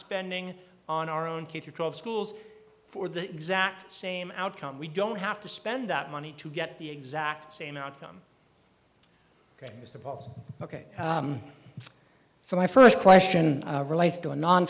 spending on our own k through twelve schools for the exact same outcome we don't have to spend that money to get the exact same outcome is that ok so my first question relates to a non